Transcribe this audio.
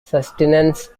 sustenance